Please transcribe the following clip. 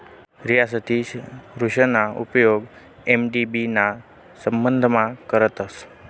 रियासती ऋणना उपेग एम.डी.बी ना संबंधमा करतस